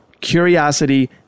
Curiosity